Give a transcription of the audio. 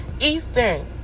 Eastern